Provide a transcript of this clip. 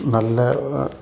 நல்லா